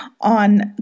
on